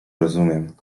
rozumiem